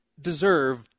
deserve